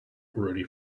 already